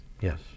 Yes